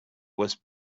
was